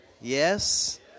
Yes